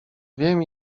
wiem